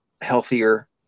healthier